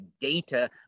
data